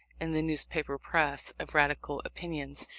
in the newspaper press, of radical opinions.